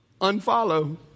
Unfollow